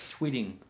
tweeting